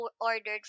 ordered